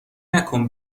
نکن